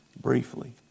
briefly